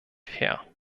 fair